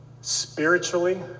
spiritually